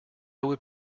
would